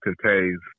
contains